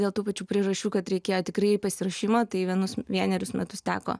dėl tų pačių priežasčių kad reikėjo tikrai pasiruošimo tai vienus vienerius metus teko